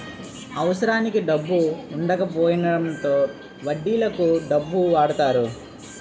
అవసరానికి డబ్బు వుండకపోవడంతో వడ్డీలకు డబ్బు వాడతారు